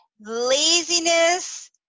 Laziness